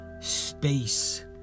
space